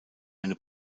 eine